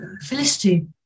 Felicity